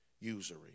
Usury